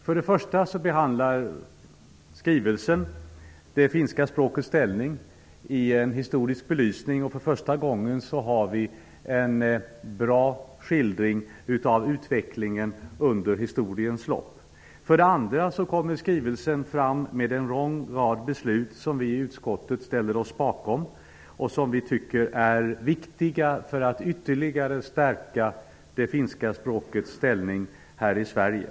För det första behandlar skrivelsen det finska språkets ställning i historisk belysning, och för första gången har vi en bra skildring av utvecklingen under historiens lopp. För det andra kommer det i skrivelsen fram en lång rad förslag om beslut som vi i utskottet ställer oss bakom och som vi tycker är viktiga för att ytterligare stärka det finska språkets ställning här i Sverige.